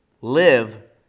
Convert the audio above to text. live